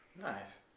Nice